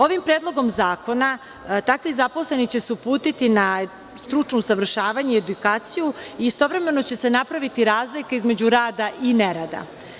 Ovim Predlogom zakona takvi zaposleni će se uputiti na stručno usavršavanje i edukaciju i istovremeno će se napraviti razlika između rada i nerada.